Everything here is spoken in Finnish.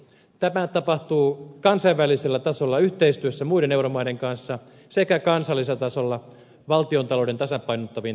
tämä tapahtuu kansainvälisellä tasolla yhteistyössä muiden euromaiden kanssa sekä kansallisella tasolla valtiontalouden tasapainottamiseen tähtäävillä toimilla